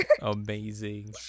Amazing